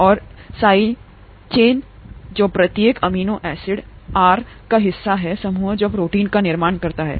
और side chain जो प्रत्येक अमीनो एसिड आर का हिस्सा हैं समूह जो प्रोटीन का निर्माण करता है